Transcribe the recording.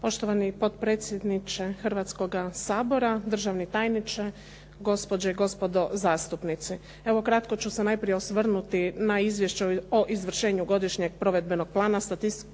Poštovani potpredsjedniče Hrvatskoga sabora, državni tajniče, gospođe i gospodo zastupnici. Evo kratko ću se najprije osvrnuti na Izvješće o izvršenju godišnjeg provedbenog plana statističkih